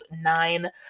nine